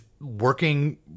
working